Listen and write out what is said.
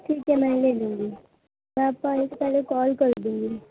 ٹھیک ہے میں لے لوں گی میں آپ کو آنے سے پہلے کال کر لوں گی